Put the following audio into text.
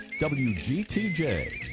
WGTJ